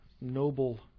noble